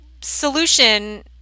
solution